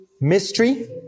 Mystery